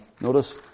notice